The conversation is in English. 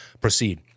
proceed